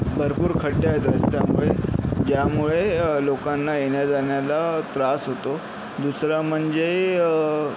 भरपूर खड्डे आहेत रस्त्यामुळे ज्यामुळे लोकांना येण्याजाण्याला त्रास होतो दुसरं म्हणजे